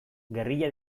gerrilla